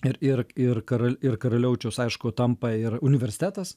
ir ir ir karal ir karaliaučius aišku tampa ir universitetas